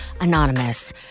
anonymous